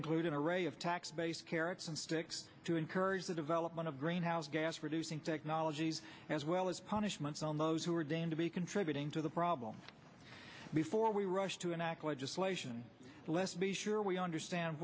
include an array of tax based carrots and sticks to encourage the development of greenhouse gas producing technologies as well as punishments on those who are deemed to be contributing to the problem before we rush to enact legislation let's be sure we understand